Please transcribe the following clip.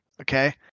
okay